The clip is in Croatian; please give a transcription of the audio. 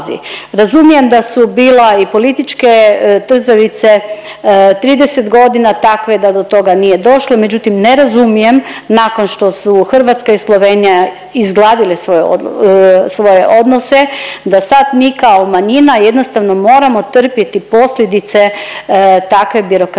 Razumijem da su bila i političke trzavice 30 godina takve da do toga nije došlo međutim ne razumijem nakon što su Hrvatska i Slovenija izgladile svoje odnose, da sad mi kao manjina jednostavno moramo trpjeti posljedice takve birokratiziranosti